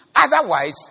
Otherwise